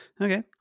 Okay